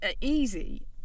easy